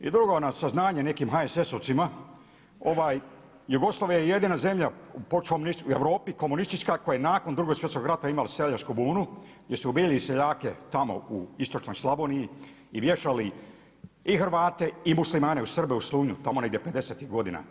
I drugo, na saznanje nekim HSS-ovcima Jugoslavija je jedina zemlja u Europi komunistička koja je nakon Drugog svjetskog rata imala seljačku bunu, gdje su ubijali seljake tamo u istočnoj Slavoniji i vješali i Hrvate i Muslimane i Srbe u Slunju tamo negdje pedesetih godina.